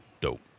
dope